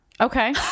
Okay